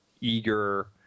eager